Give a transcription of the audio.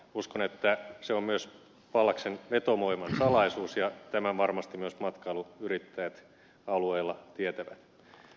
uskon että se on myös pallaksen vetovoiman salaisuus ja tämän varmasti myös matkailuyrittäjät alueella tietävät